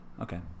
Okay